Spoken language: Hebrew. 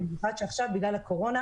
במיוחד כשעכשיו בגלל הקורונה,